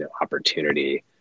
opportunity